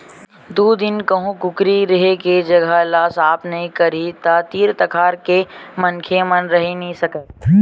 दू दिन कहूँ कुकरी के रेहे के जघा ल साफ नइ करही त तीर तखार के मनखे मन रहि नइ सकय